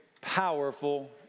powerful